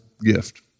gift